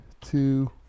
two